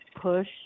push